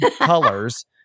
colors